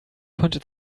konnte